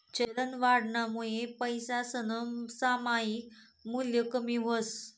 चलनवाढनामुये पैसासनं सामायिक मूल्य कमी व्हस